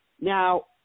now